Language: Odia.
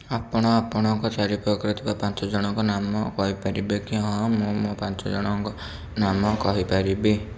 ଆପଣ ଆପଣଙ୍କ ଚାରିପାଖରେ ଥିବା ପାଞ୍ଚ ଜଣଙ୍କ ନାମ କହିପାରିବେ କି ହଁ ମୁଁ ମୋ ପାଞ୍ଚ ଜଣଙ୍କ ନାମ କହିପାରିବି